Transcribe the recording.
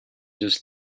just